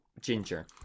ginger